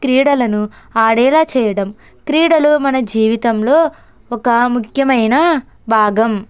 క్రీడలను ఆడేలా చేయడం క్రీడలు మన జీవితంలో ఒక ముఖ్యమైన భాగం